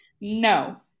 No